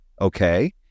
Okay